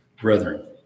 brethren